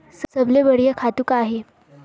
सबले बढ़िया खातु का हे?